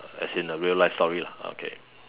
as in the real life story lah okay